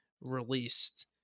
released